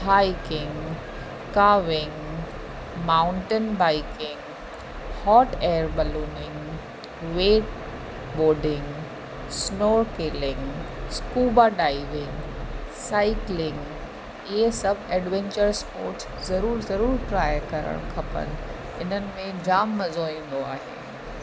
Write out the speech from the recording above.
hiking caving mountain biking hot air ballooning wet boarding snow kiting scuba diving cycling हीअ सभु adventures sport ज़रूर ज़रूर try करणु खपनि इन्हनि में जाम मज़ो ईंदो आहे